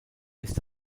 ist